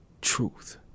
truth